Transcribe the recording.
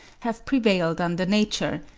have prevailed under nature,